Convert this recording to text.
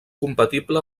compatible